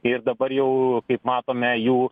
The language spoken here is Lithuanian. ir dabar jau kaip matome jų